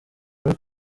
muri